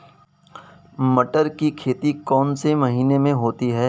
मटर की खेती कौन से महीने में होती है?